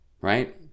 Right